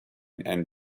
and